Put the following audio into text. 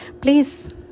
please